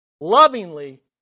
lovingly